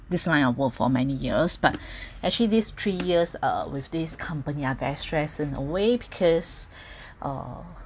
this line of work for many years but actually these three years uh with this company are very stress in a a way because uh